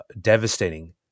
devastating